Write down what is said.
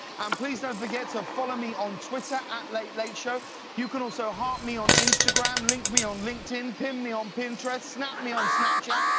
and, please don't forget to follow me on twitter ah latelateshow. you can also heart me on instagram, link me on linked in pin me on pinterest, snap me on snapchat,